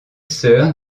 sœur